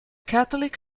catholic